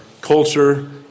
culture